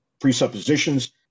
presuppositions